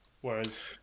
Whereas